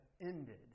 ended